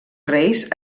reis